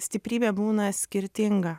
stiprybė būna skirtinga